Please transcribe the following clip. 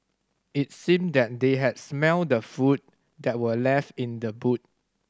it seemed that they had smelt the food that were left in the boot